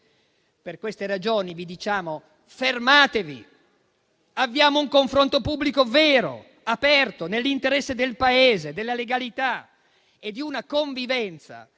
Per queste ragioni vi diciamo di fermarvi; avviamo un confronto pubblico vero, aperto, nell'interesse del Paese, della legalità e di una convivenza